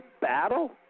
battle